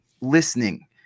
Listening